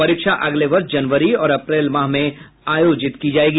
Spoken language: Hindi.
परीक्षा अगले वर्ष जनवरी और अप्रैल माह में आयोजित की जायेगी